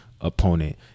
opponent